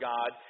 God